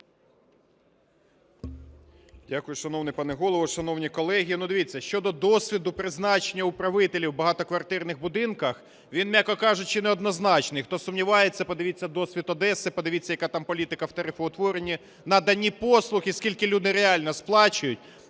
Дякую, шановний пане Голово. Шановні колеги, ну, дивіться, щодо досвіду призначення управителів у багатоквартирних будинках, він, м’яко кажучи, не однозначний. Хто сумнівається, подивіться досвід Одеси, подивіться, яка там політика в тарифоутворенні, наданні послуг, і скільки люди реально сплачують.